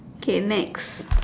K next